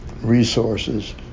resources